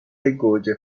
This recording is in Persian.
گوجه